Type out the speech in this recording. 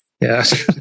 Yes